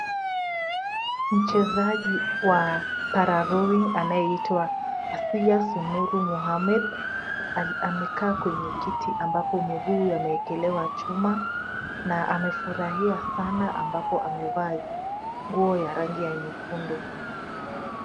Mchezaji wa Para-rowing anayeita Asiya Sururu Mohammed, amekaa kwenye kiti ambapo miguu yameekelewa chuma na amefurahia sana ambapo amevaa nguo ya rangi ya nyekundu.